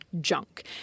junk